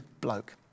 bloke